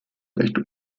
recht